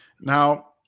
Now